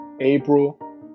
April